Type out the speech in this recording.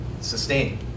sustain